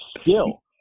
skill